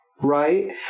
Right